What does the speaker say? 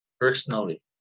personally